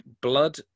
blood